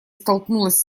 столкнулась